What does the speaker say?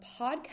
Podcast